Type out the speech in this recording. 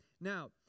Now